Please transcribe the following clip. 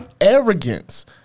arrogance